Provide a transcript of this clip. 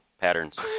patterns